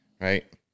right